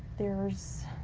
there's